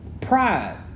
pride